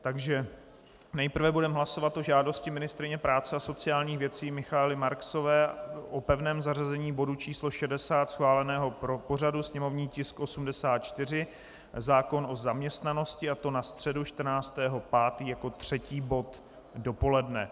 Takže nejprve budeme hlasovat o žádosti ministryně práce a sociálních věcí Michaely Marksové o pevném zařazení bodu číslo 60 schváleného pořadu, sněmovní tisk 84, zákon o zaměstnanosti, a to na středu 14. 5. jako třetí bod dopoledne.